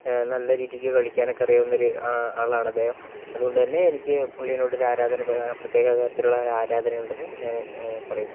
നല്ല രീതിക്ക് കളിക്കാനൊക്കെ അറിയാവുന്നൊരു ആളാണ് അദ്ദേഹം അതുകൊണ്ടു തന്നെ എനിക്ക് പുള്ളിനോടൊരു ആരാധന പ്ര പ്രത്യേക തരത്തിലൊരു ആരാധന ഉണ്ടെന്ന് ഞാൻ പറയുന്നു